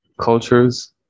cultures